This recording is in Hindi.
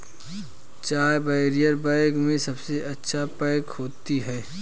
चाय बैरियर बैग में सबसे अच्छी पैक होती है